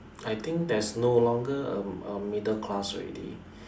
I think there's no longer a a middle class already